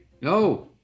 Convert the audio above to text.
no